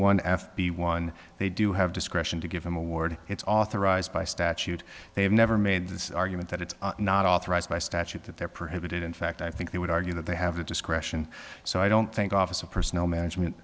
one f b one they do have discretion to give them award it's authorized by statute they have never made this argument that it's not authorized by statute that they're prohibited in fact i think they would argue that they have the discretion so i don't think office of personnel management